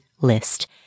list